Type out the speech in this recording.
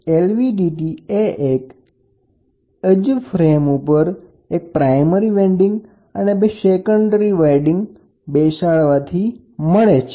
LVDTમાં એક જ ફ્રેમ ઉપર એક પ્રાઇમરી વેન્ડીંગ અને બે સેકન્ડરી વાઇન્ડીગ લગાડેલા હોય છે